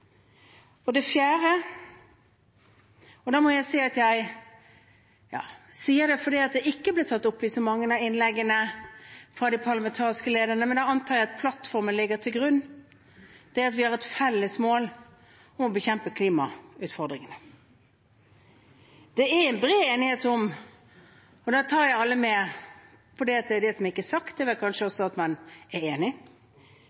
Og det fjerde – og jeg sier det fordi det ikke er blitt tatt opp i så mange av innleggene fra de parlamentariske lederne, men jeg antar at plattformen ligger til grunn – er at vi har et felles mål om å bekjempe klimautfordringene. Det er bred enighet om – og jeg tar med alle, for det som ikke er sagt, er vel kanskje